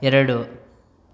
ಎರಡು